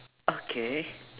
okay